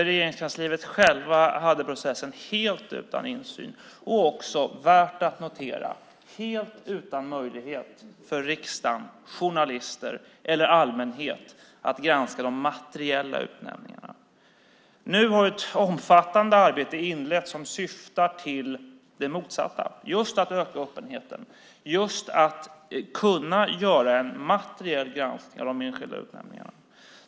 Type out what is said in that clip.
Regeringskansliet självt skötte processen helt utan insyn och också, värt att notera, helt utan möjlighet för riksdag, journalister eller allmänhet att granska de materiella utnämningarna. Nu har ett omfattande arbete inletts som syftar till det motsatta, just till att öka öppenheten, just att kunna göra en materiell granskning av de enskilda utnämningarna.